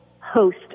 host